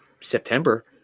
September